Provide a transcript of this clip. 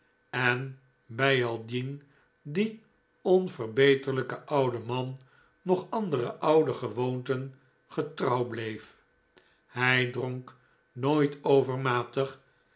en bijaldien die onverbeterlijke oude man nog andere oude gewoonten getrouw bleef hij dronk nooit overmatig